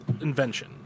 invention